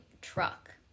truck